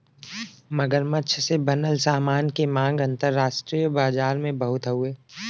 मगरमच्छ से बनल सामान के मांग अंतरराष्ट्रीय बाजार में बहुते हउवे